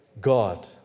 God